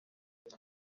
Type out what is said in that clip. icyo